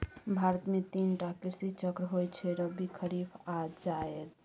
भारत मे तीन टा कृषि चक्र होइ छै रबी, खरीफ आ जाएद